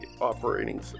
operating